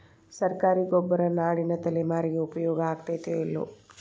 ಸರ್ಕಾರಿ ಗೊಬ್ಬರ ನಾಳಿನ ತಲೆಮಾರಿಗೆ ಉಪಯೋಗ ಆಗತೈತೋ, ಇಲ್ಲೋ?